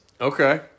Okay